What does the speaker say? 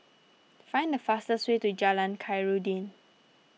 find the fastest way to Jalan Khairuddin